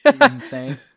insane